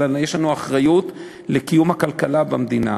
אלא יש לנו אחריות לקיום הכלכלה במדינה.